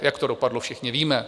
Jak to dopadlo, všichni víme.